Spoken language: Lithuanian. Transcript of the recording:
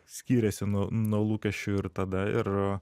skyrėsi nuo nuo lūkesčių ir tada ir